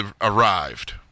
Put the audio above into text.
arrived